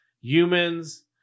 humans